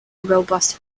robust